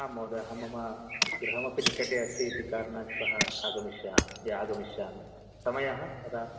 आं महोदयः मम गृहमपि निकटे अस्ति इति कारणात् श्वः आगमिष्यामि य आगमिष्यामि समयः कदा